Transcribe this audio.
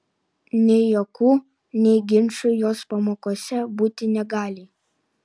nei juokų nei ginčų jos pamokose būti negali